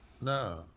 No